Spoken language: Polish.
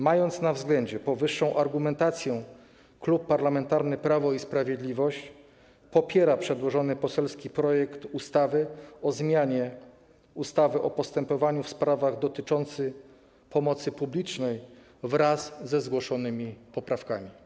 Mając na względzie powyższą argumentację, Klub Parlamentarny Prawo i Sprawiedliwość popiera przedłożony poselski projekt ustawy o zmianie ustawy o postępowaniu w sprawach dotyczących pomocy publicznej wraz ze zgłoszonymi poprawkami.